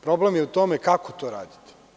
Problem je u tome kako to radite.